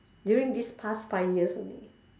during these past five years only